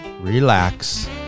relax